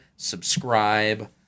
subscribe